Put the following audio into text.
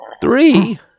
Three